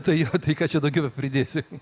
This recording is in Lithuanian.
tai jo tai ką čia daugiau bepridėsi